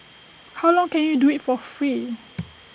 how long can you do IT for free